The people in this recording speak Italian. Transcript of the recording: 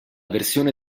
versione